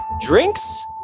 drinks